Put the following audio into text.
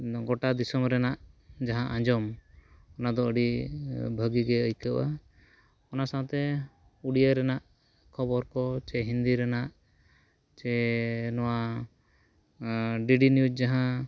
ᱜᱚᱴᱟ ᱫᱤᱥᱚᱢ ᱨᱮᱱᱟᱜ ᱡᱟᱦᱟᱸ ᱟᱸᱡᱚᱢ ᱚᱱᱟ ᱫᱚ ᱟᱹᱰᱤ ᱵᱷᱟᱹᱜᱤ ᱜᱮ ᱟᱹᱭᱠᱟᱹᱜᱼᱟ ᱚᱱᱟ ᱥᱟᱶᱛᱮ ᱩᱰᱤᱭᱟ ᱨᱮᱱᱟᱜ ᱠᱷᱚᱵᱚᱨ ᱠᱚ ᱪᱮ ᱦᱤᱱᱫᱤ ᱨᱮᱱᱟᱜ ᱪᱮ ᱱᱚᱣᱟ ᱰᱤᱰᱤ ᱱᱤᱣᱩᱡᱽ ᱡᱟᱦᱟᱸ